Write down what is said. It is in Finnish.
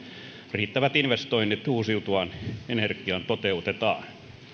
riittävät investoinnit uusiutuvaan energiaan toteutetaan